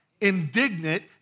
Indignant